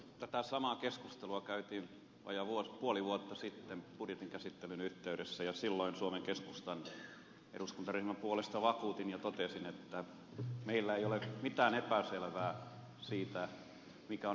tätä samaa keskustelua käytiin vajaa puoli vuotta sitten budjetin käsittelyn yhteydessä ja silloin suomen keskustan eduskuntaryhmän puolesta vakuutin ja totesin että meillä ei ole mitään epäselvyyttä siitä mikä on ympäristöministeriön asema